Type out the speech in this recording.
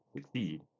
succeed